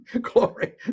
glory